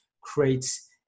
Creates